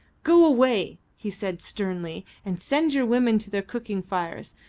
go away, he said sternly, and send your women to their cooking fires,